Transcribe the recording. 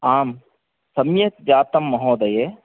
आम् सम्यक् जातं महोदये